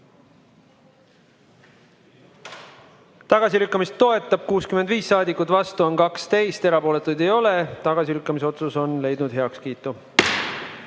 Tagasilükkamist toetab 65 saadikut, vastu on 12, erapooletuid ei ole. Tagasilükkamise otsus on leidnud heakskiidu. Nüüd,